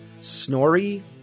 Snorri